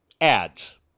ads